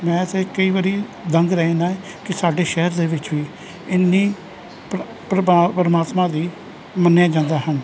ਮੈਂ ਤਾਂ ਕਈ ਵਾਰੀ ਦੰਗ ਰਹਿ ਜਾਂਦਾ ਹੈ ਕਿ ਸਾਡੇ ਸ਼ਹਿਰ ਦੇ ਵਿੱਚ ਵੀ ਇੰਨੀ ਪਰਾ ਪਰਭਾ ਪਰਮਾਤਮਾ ਦੀ ਮੰਨਿਆ ਜਾਂਦਾ ਹੈ